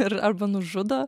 ir arba nužudo